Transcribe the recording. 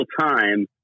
time